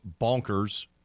bonkers